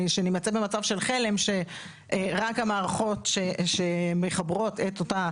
שנמצא במצב של חלם שרק המערכות שמחברות את אותה,